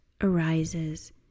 arises